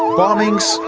bombings,